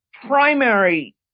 primary